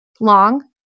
long